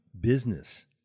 business